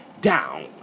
Down